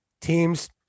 Teams